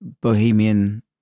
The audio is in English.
bohemian